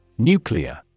NUCLEAR